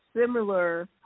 similar